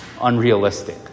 unrealistic